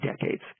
decades